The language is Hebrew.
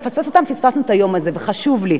אם נפספס אותם פספסנו את היום הזה, וזה חשוב לי.